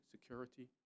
security